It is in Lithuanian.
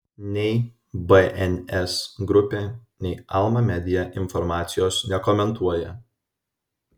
nei bns grupė nei alma media informacijos nekomentuoja